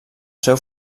seu